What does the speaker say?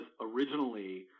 originally